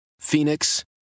Phoenix